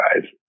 guys